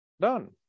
done